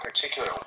particular